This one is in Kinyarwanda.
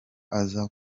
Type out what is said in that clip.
aza